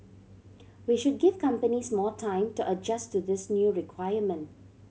we should give companies more time to adjust to this new requirement